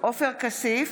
עופר כסיף,